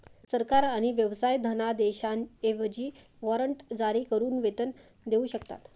सरकार आणि व्यवसाय धनादेशांऐवजी वॉरंट जारी करून वेतन देऊ शकतात